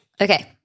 Okay